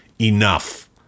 enough